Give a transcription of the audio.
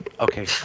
Okay